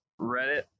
Reddit